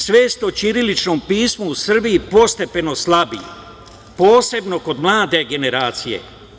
Svest o ćiriličnom pismu u Srbiji postepeno slabi, posebno kod mlade generacije.